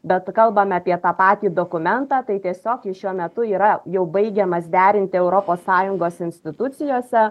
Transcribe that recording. bet kalbame apie tą patį dokumentą tai tiesiog jis šiuo metu yra jau baigiamas derinti europos sąjungos institucijose